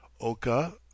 oka